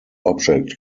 object